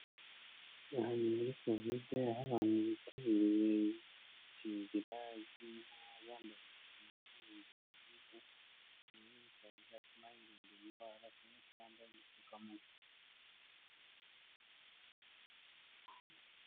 Aha ni muri covid, aho abantu bitabiriye gukingira, ibi bikaba byatuma birinda iyi ndwara, bambara n'udupfukamunwa.